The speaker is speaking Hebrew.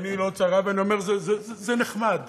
עיני לא צרה, ואני אומר: זה נחמד,